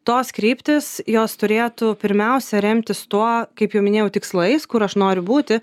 tos kryptys jos turėtų pirmiausia remtis tuo kaip jau minėjau tikslais kur aš noriu būti